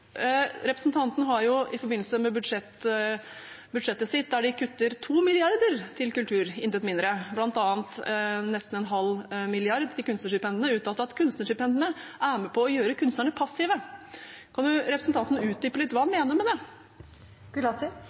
Representanten har i forbindelse med budsjettet sitt, der de kutter 2 mrd. kr til kultur – intet mindre – bl.a. nesten en halv milliard til kunstnerstipend, uttalt at kunstnerstipendene er med på å gjøre kunstnerne passive. Kan representanten utdype hva han mener med det?